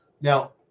now